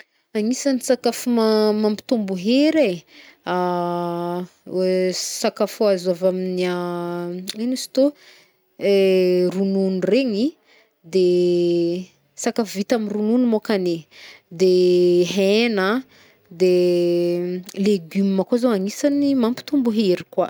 Agnisan-tsakafo ma- mampitombo hery e, sakafo azo avy am' ny ign iz tô? Ronono ndreigny, sakafo vita amy ronono môkagny e, de hegna, de légume kôa zô agnisan'ny mampitombo hery kôa.